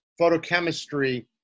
photochemistry